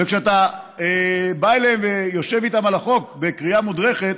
וכשאתה בא אליהם ויושב איתם על החוק בקריאה מודרכת,